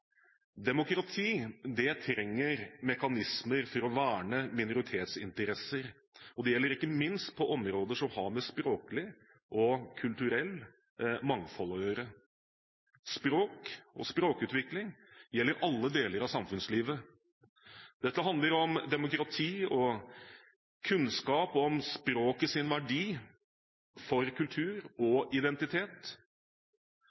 Demokrati trenger mekanismer for å verne minoritetsinteresser. Det gjelder ikke minst på områder som har med språklig og kulturelt mangfold å gjøre. Språk og språkutvikling gjelder alle deler av samfunnslivet. Dette handler om demokrati og kunnskap om språkets verdi for kultur og